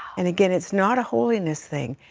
and again, it's not a holiness thing.